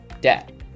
debt